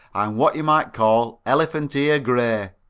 i'm what you might call elephant ear gray.